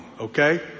okay